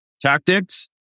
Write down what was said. tactics